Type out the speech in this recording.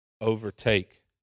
overtake